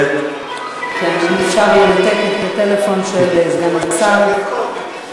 כגון משרד הביטחון ו"מקורות",